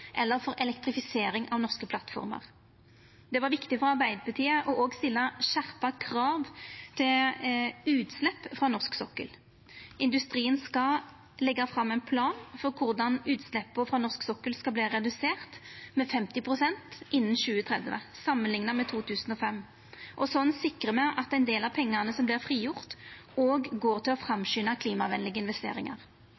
eller for elektrifisering av norske plattformer. Det var viktig for Arbeidarpartiet òg å stilla skjerpa krav til utslepp frå norsk sokkel. Industrien skal leggja fram ein plan for korleis utsleppa frå norsk sokkel skal reduserast med 50 pst. innan 2030 samanlikna med 2005. Slik sikrar me at ein del av pengane som vert frigjorde, òg går til å